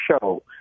show